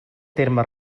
terme